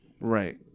Right